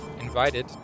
invited